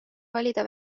valida